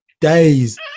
days